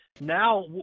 now